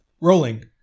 Rolling